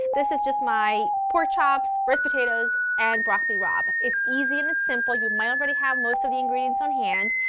this is just my pork chops, roast potatoes and broccoli rabe, it's easy and it's simple, you might already have most of the ingredients on hand,